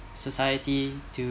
society to